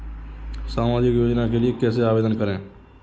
सामाजिक योजना के लिए कैसे आवेदन करें?